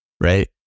right